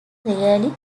clearly